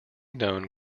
known